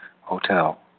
Hotel